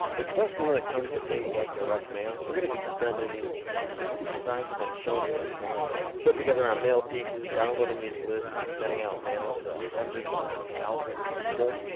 especially when it comes to things like direct mail, we're gonna be spending you know some pretty sizable chunks of money putting together our um mail pieces, downloading these lists, and sending out mail to hundreds, if not thousands of people.